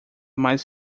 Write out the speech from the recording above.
mais